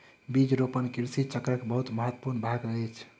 बीज रोपण कृषि चक्रक बहुत महत्वपूर्ण भाग अछि